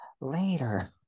later